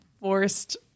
Forced